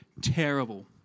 terrible